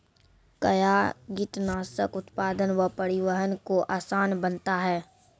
कया कीटनासक उत्पादन व परिवहन को आसान बनता हैं?